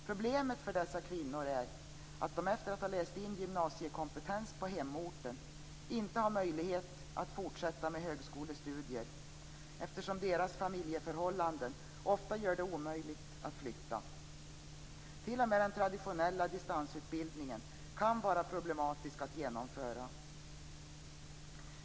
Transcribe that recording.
Problemet för dessa kvinnor är att de, efter att ha läst in gymnasiekompetens på hemorten, inte har möjlighet att fortsätta med högskolestudier eftersom deras familjeförhållanden ofta gör det omöjligt att flytta. T.o.m. den traditionella distansutbildningen kan vara problematisk att genomföra.